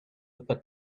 luther